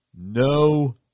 No